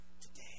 today